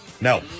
No